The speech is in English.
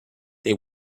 they